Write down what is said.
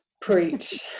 preach